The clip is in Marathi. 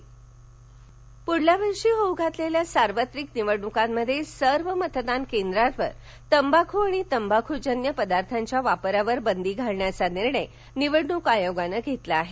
तंबाख पुढच्या वर्षी होऊ घातलेल्या सार्वत्रिक निवडणुकीत सर्व मतदान केंद्रांवर तंबाखू आणि तंबाखूजन्य पदार्थाच्या वापरावर बंदी घालण्याचा निर्णय निवडणूक आयोगाने घेतला आहे